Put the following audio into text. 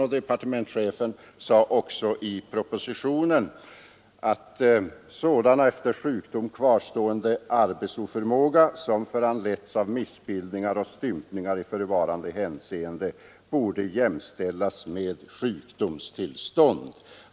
Departementschefen framhöll i propositio nen att sådan efter sjukdom kvarstående arbetsoförmåga, som föranletts av missbildningar och stympningar, i förevarande hänseende borde jämställas med sjukdomstillstånd.